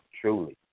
truly